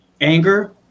anger